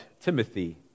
Timothy